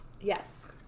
Yes